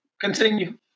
Continue